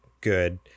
good